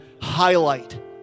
highlight